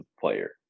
player